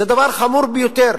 זה דבר חמור ביותר,